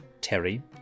Terry